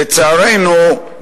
לצערנו,